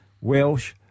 Welsh